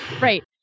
Right